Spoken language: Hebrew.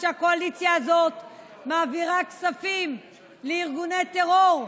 שהקואליציה הזאת מעבירה כספים לארגוני טרור.